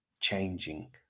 Changing